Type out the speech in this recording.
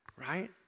right